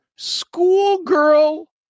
Schoolgirl